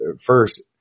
first